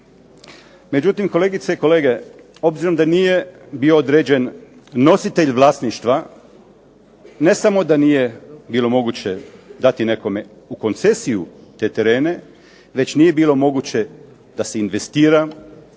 Međutim, kolegice i kolege obzirom da nije bio određen nositelj vlasništva, ne samo da nije bilo moguće dati nekome u koncesiju dati te terene, već nije bilo moguće da se investira,